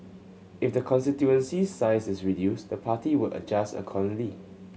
if the constituency's size is reduced the party would adjust accordingly